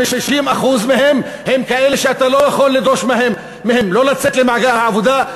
50% מהם הם כאלה שאתה לא יכול לדרוש מהם לצאת למעגל העבודה,